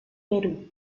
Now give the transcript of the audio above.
perú